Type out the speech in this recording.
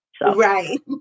Right